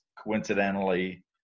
coincidentally